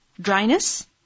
Dryness